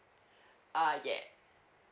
ah yes